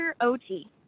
OT